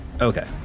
Okay